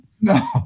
No